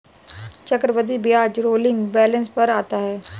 चक्रवृद्धि ब्याज rolling balance पर आता है